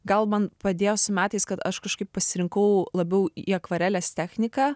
gal man padėjo su metais kad aš kažkaip pasirinkau labiau į akvarelės techniką